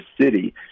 city